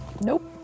Nope